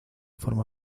forma